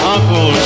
Uncle